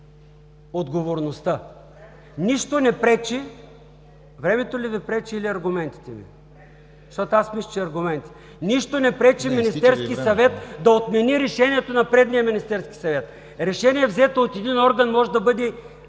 отговорността. Нищо не пречи. Времето ли Ви пречи, или аргументите? Защото аз мисля, че аргументите. Нищо не пречи Министерският съвет да отмени решението на предния Министерски съвет! Решение, взето от един орган, може да бъде